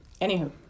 Anywho